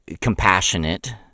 compassionate